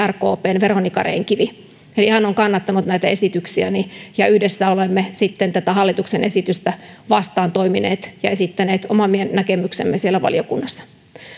rkpn veronica rehn kivi eli hän on kannattanut näitä esityksiäni ja yhdessä olemme sitten tätä hallituksen esitystä vastaan toimineet ja esittäneet oman näkemyksemme siellä valiokunnassa